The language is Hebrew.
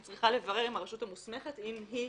היא צריכה לברר עם הרשות המוסמכת אם היא